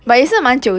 okay